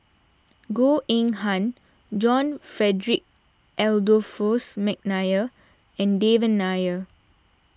Goh Eng Han John Frederick Adolphus McNair and Devan Nair